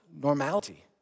normality